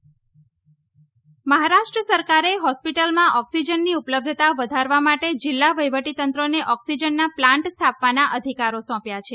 મહારાષ્ટ્ર પ્રતિબંધ મહારાષ્ટ્ર સરકારે હોસ્પિટલમાં ઓક્સિજનની ઉપલબ્ધતા વધારવા માટે જિલ્લા વહિવટીતંત્રોને ઓક્સિજનના પ્લાન્ટ સ્થાપવાના અધિકારો સોંપ્યા છે